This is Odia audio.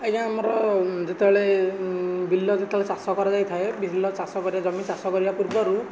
ଆଜ୍ଞା ଆମର ଯେତେବେଳେ ବିଲ ଯେତେବେଳେ ଚାଷ କରାଯାଇଥାଏ ବିଭିନ୍ନ ଚାଷ କରିବା ଜମି ଚାଷ କରିବା ପୂର୍ବରୁ